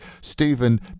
Stephen